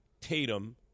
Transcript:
Tatum